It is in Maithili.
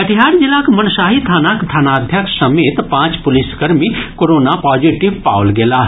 कटिहार जिलाक मनसाही थानाक थानाध्यक्ष समेत पांच पुलिसकर्मी कोरोना पॉजिटिव पाओल गेलाह